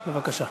בבקשה.